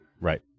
right